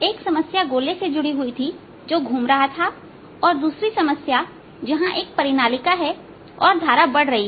एक समस्या गोले से जुड़ी हुई थी जो घूम रहा था और दूसरी समस्या जहां एक परिनालिका है और धारा बढ़ रही है